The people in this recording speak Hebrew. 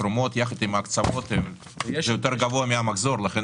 --- התרומות של העמותה ואני רואה שיש תרומות מארגונים בחוץ לארץ,